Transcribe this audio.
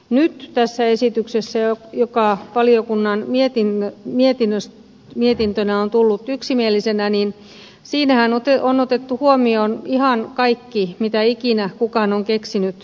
nyt tässä esityksessähän joka valiokunnan mietintönä on tullut yksimielisenä on otettu huomioon ihan kaikki mitä ikinä kukaan on keksinyt pelätä